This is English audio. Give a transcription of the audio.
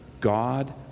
God